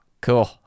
cool